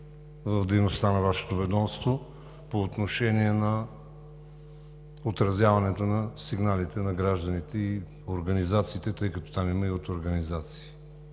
в дейността на Вашето ведомство по отношение на отразяването на сигналите на гражданите и организациите, тъй като там има сигнали и от организации.